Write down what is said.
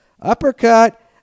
Uppercut